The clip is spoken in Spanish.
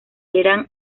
eran